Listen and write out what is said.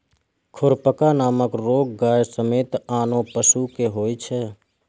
खुरपका नामक रोग गाय समेत आनो पशु कें होइ छै